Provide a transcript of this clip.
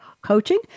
coaching